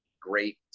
great